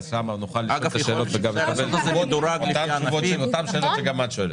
ושם נוכל לשאול את השאלות ולקבל תשובות לאותן שאלות שאת שואלת.